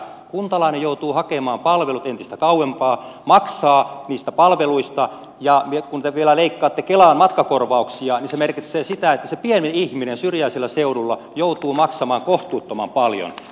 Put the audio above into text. kuntalainen joutuu hakemaan palvelut entistä kauempaa maksaa niistä palveluista ja kun te vielä leikkaatte kelan matkakorvauksia niin se merkitsee sitä että se pieni ihminen syrjäisellä seudulla joutuu maksamaan kohtuuttoman paljon